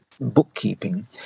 bookkeeping